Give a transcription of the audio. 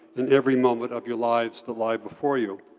in every moment of your lives that lie before you.